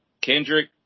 Kendrick